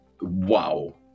wow